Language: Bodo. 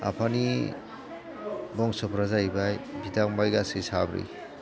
आफानि बंस'फ्रा जाहैबाय बिदा फंबाय गासै साब्रै